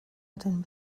laden